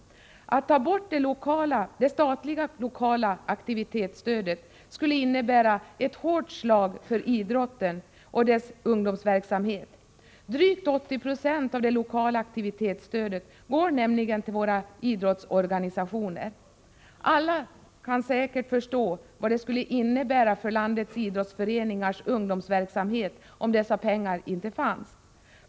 Att ta bort det statliga lokala aktivitetsstödet skulle innbära ett hårt slag för idrotten och dess ungdomsverksamhet. Drygt 80 96 av det lokala aktivitetsstödet går nämligen till våra idrottsorganisationer. Alla kan säkert förstå vad det skulle innebära för landets idrottsföreningars ungdomsverksamhet om dessa pengar inte fanns.